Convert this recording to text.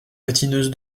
patineuse